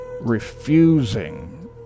refusing